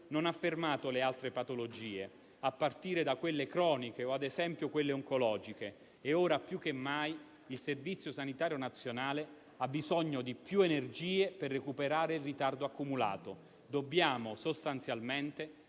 non ha fermato le altre patologie, a partire da quelle croniche o ad esempio oncologiche, e ora più che mai il Servizio sanitario nazionale ha bisogno di più energie per recuperare il ritardo accumulato. Dobbiamo sostanzialmente